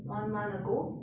one month ago